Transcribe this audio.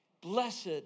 Blessed